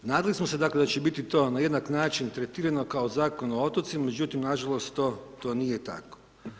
Nadali smo se da će biti to na jednak način tretirano kao Zakon o otocima, međutim, nažalost to nije tako.